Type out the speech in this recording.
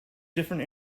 different